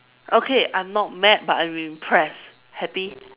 okay I'm not mad but I'm impressed happy